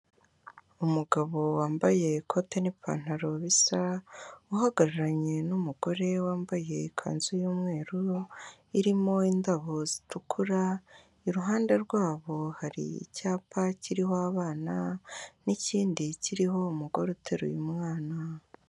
Umugabo wambaye ikote n'ipantaro bisa, uhagararanye n'umugore wambaye ikanzu y'umweru irimo indabo zitukura, iruhande rwabo hari icyapa kiriho abana, n'ikindi kiriho umugore uteruye umwana.